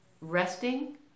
resting